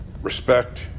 respect